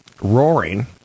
roaring